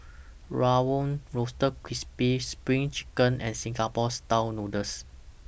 Rawon Roasted Crispy SPRING Chicken and Singapore Style Noodles